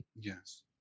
Yes